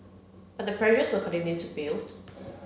but the pressures will continue to build